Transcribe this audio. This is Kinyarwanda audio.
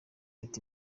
ati